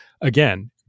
again